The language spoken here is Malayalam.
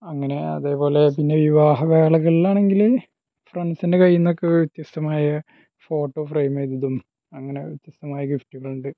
അങ്ങനെ അതേപോലെ പിന്നെ വിവാഹ വേളകളിലാണെങ്കിൽ ഫ്രെണ്ട്സ്സിൻ്റെ കയ്യിൽ നിന്നൊക്കെ വ്യത്യസ്തമായ ഫോട്ടോ ഫ്രെയിമ് ചെയ്തതും അങ്ങനെ വ്യത്യസ്തമായ ഗിപ്റ്റുകളുണ്ട്